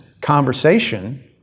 conversation